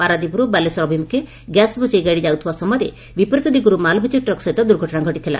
ପାରାଦୀପରୁ ବାଲେଶ୍ୱର ଅଭିମୁଖେ ଗ୍ୟାସ୍ ବୋଝେଇ ଗାଡ଼ି ଯାଉଥିବା ସମୟରେ ବିପରୀତ ଦିଗରୁ ମାଲବୋଝେଇ ଟ୍ରକ୍ ସହିତ ଦୁର୍ଘଟଶା ଘଟିଥିଲା